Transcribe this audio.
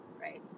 right